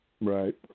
Right